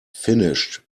finished